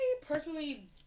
personally